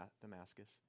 Damascus